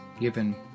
given